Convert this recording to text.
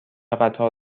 قطار